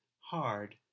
hard